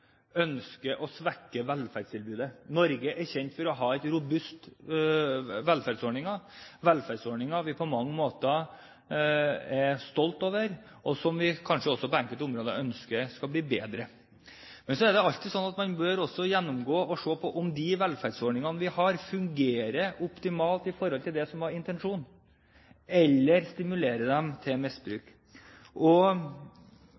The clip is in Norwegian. ønsker å svekke velferdstilbudet. Norge er kjent for å ha robuste velferdsordninger, velferdsordninger vi på mange måter er stolte av, og som vi kanskje på enkelte områder også ønsker skal bli bedre. Men så er det alltid slik at man bør se på om de velferdsordningene vi har, fungerer optimalt i forhold til det som var intensjonen, eller om de stimulerer til